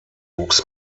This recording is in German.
wuchs